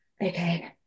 okay